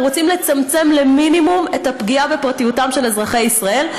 אנחנו רוצים לצמצם למינימום את הפגיעה בפרטיות של אזרחי ישראל.